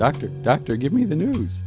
doctor doctor give me the news